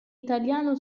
italiano